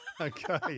Okay